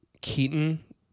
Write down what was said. Keaton